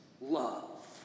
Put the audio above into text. love